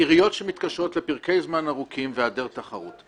עיריות שמתקשות לפרקי זמן ארוכים והיעדר תחרות.